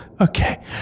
Okay